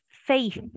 faith